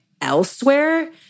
elsewhere